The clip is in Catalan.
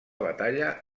batalla